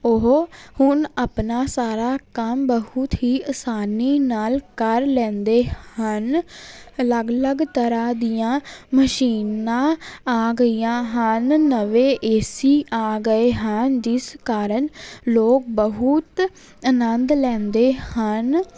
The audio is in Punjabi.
ਓਹ ਹੁਣ ਆਪਣਾ ਸਾਰਾ ਕੰਮ ਬਹੁਤ ਹੀ ਆਸਾਨੀ ਨਾਲ ਕਰ ਲੈਂਦੇ ਹਨ ਅਲੱਗ ਅਲੱਗ ਤਰ੍ਹਾਂ ਦੀਆਂ ਮਸ਼ੀਨਾਂ ਆ ਗਈਆਂ ਹਨ ਨਵੇਂ ਏ ਸੀ ਆ ਗਏ ਹਨ ਜਿਸ ਕਾਰਨ ਲੋਕ ਬਹੁਤ ਅਨੰਦ ਲੈਂਦੇ ਹਨ